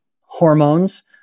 hormones